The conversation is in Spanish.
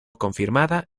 confirmada